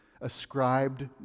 ascribed